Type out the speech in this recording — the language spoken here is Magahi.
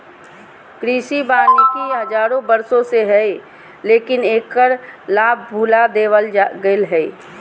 कृषि वानिकी हजारों वर्षों से हइ, लेकिन एकर लाभ भुला देल गेलय हें